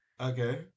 Okay